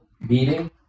meeting